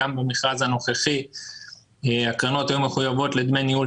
גם במכרז הנוכחי הקרנות היום מחויבות לדמי ניהול